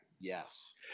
Yes